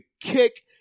kick